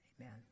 Amen